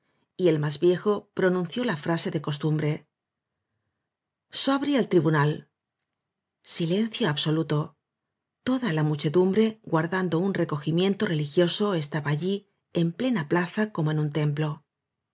y el más viejo pronunció la frase de costumbre sl óbri el tribunal silencio absoluto toda la muchedumbre k guardando un recogimiento religioí so estaba allí en plena plaza como i en un templo